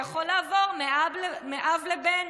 זה יכול לעבור מאב לבן,